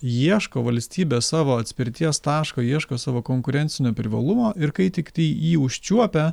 ieško valstybės savo atspirties taško ieško savo konkurencinio privalumo ir kai tiktai jį užčiuopia